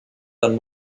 dann